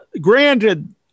Granted